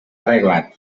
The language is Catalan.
arreglat